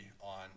on